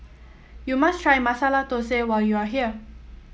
you must try Masala Thosai when you are here